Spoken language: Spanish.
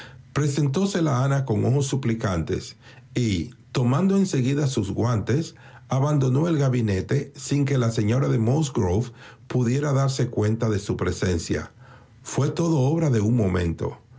a ana con ojos suplicantes y tomando en seguida sus guantes abandonó el gabinete sin que la señora de musgrove pudiera darse cuenta de su presencia fué todo obra de un momento